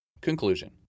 Conclusion